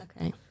Okay